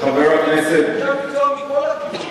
אנשי המקצוע מכל הכיוונים,